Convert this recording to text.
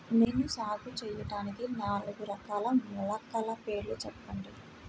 నేను సాగు చేయటానికి నాలుగు రకాల మొలకల పేర్లు చెప్పండి?